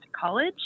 college